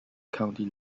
county